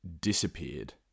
disappeared